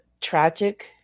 tragic